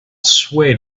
swayed